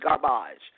garbage